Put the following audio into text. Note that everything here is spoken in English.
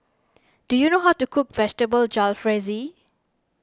do you know how to cook Vegetable Jalfrezi